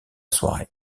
soirée